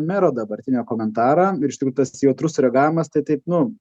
mero dabartinio komentarą ir iš tikrųjų tas jautrus sureagavimas tai taip nu